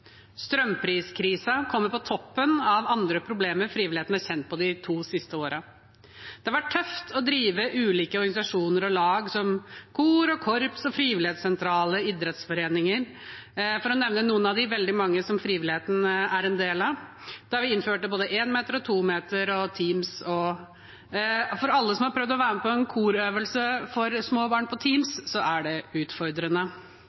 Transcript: har vært tøft å drive ulike organisasjoner og lag som kor og korps, frivillighetssentraler og idrettsforeninger, for å nevne noen av de veldig mange som er en del av frivilligheten, da vi innførte både en meter og to meter og Teams. Alle som har prøvd å være med på en korøvelse for små barn på